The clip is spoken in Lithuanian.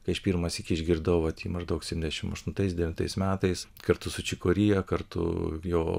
kai aš pirmąsyk išgirdau vat jį maždaug septyniasdešim aštuntais devintais metais kartu su čiko rijo kartu jo